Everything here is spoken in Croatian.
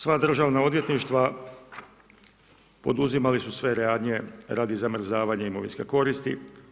Sva državna odvjetništva poduzimali su sve radnje radi zamrzavanja imovinske koristi.